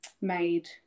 made